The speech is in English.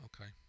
Okay